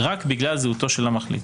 רק בגלל זהותו של המחליט.